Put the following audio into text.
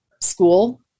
school